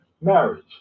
marriage